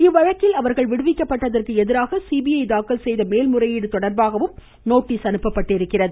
இவ்வழக்கில் அவர்கள் விடுவிக்கப்பட்டதற்கு எதிராக சிபிஐ தாக்கல் செய்த மேல் முறையீடு தொடர்பாகவும் நோட்டிஸ் அனுப்பப்பட்டுள்ளது